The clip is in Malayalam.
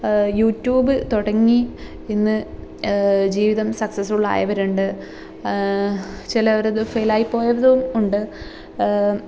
യുറ്റ്യൂബ് തുടങ്ങി ഇന്ന് ജീവിതം സക്സസ്ഫുള്ളായവരുണ്ട് ചിലവർ അത് ഫെയിലായി പോയവരും ഉണ്ട്